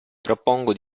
propongo